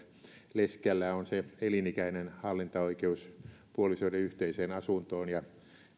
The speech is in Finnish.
leskellä on elinikäinen hallintaoikeus puolisoiden yhteiseen asuntoon ja